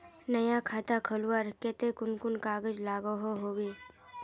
नया खाता खोलवार केते कुन कुन कागज लागोहो होबे?